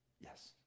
yes